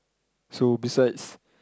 so besides